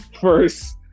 first